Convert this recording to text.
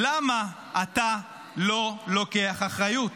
למה אתה לא לוקח אחריות?